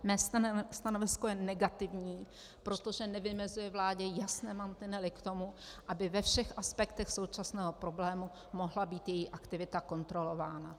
Mé stanovisko je negativní, protože nevymezuje vládě jasné mantinely k tomu, aby ve všech aspektech současného problému mohla být její aktivita kontrolována.